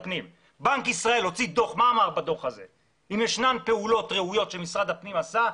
בנק ישראל הוציא דוח ואמר שאם יש פעולה טובה שמשרד הפנים עשה,